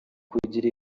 kugira